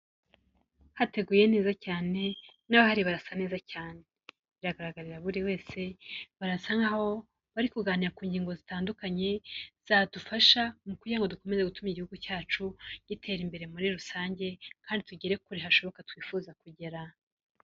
Ahantu hateguye neza cyane n'abahari barasa neza cyane, biragaragarira buri wese, barasa nkaho bari kuganira ku ngingo zitandukanye, zadufasha mu kugira ngo dukomeze gutuma igihugu cyacu gitera imbere muri rusange, kandi tugere kure hashoboka twifuza kugera.